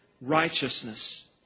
righteousness